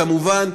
כמובן,